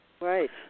Right